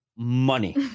Money